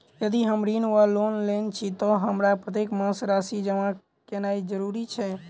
यदि हम ऋण वा लोन लेने छी तऽ हमरा प्रत्येक मास राशि जमा केनैय जरूरी छै?